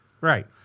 Right